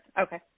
Okay